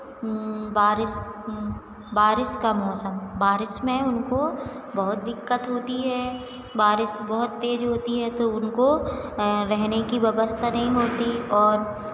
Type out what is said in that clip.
बारिश बारिश का मौसम बारिश में उनको बहुत दिक्कत होती है बारिश बहुत तेज़ होती है तो उनको रहने की व्यवस्था नहीं होती और